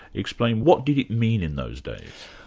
explain what did it mean in those days?